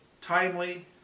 timely